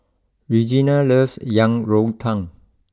Regina loves Yang Rou Tang